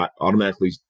automatically